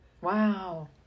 Wow